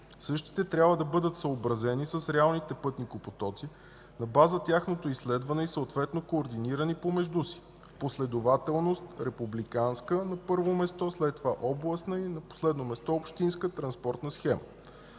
Същите трябва да бъдат съобразени с реалните пътникопотоци на база на тяхното изследване и съответно координирани помежду си в последователност: републиканска – на първо място, след това – областна, и на последно място – общинска транспортна схема.